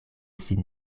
sin